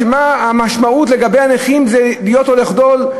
המשמעות לגבי הנכים זה להיות או לחדול,